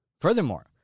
Furthermore